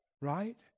right